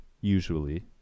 usually